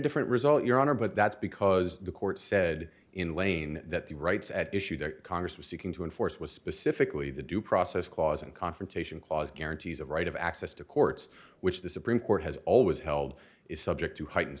different result your honor but that's because the court said in lane that the rights at issue that congress was seeking to enforce was specifically the due process clause and confrontation clause guarantees a right of access to courts which the supreme court has always held is subject to heightened